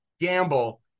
gamble